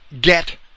get